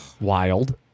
wild